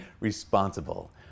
responsible